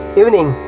evening